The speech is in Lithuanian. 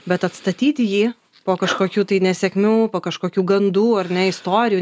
bet atstatyti jį po kažkokių tai nesėkmių po kažkokių gandų ar ne istorijų nebūtinai netikrų